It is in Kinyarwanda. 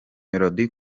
melodie